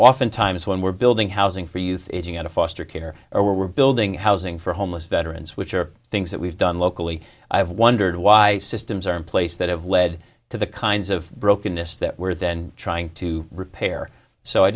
often times when we're building housing for youth aging out of foster care or we're building housing for homeless veterans which are things that we've done locally i've wondered why systems are in place that have led to the kinds of brokenness that were then trying to repair so i